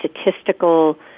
statistical